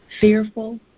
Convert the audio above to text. fearful